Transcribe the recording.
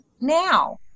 now